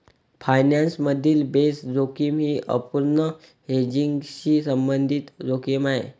finance मधील base जोखीम ही अपूर्ण हेजिंगशी संबंधित जोखीम आहे